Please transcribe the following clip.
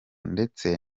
ndetse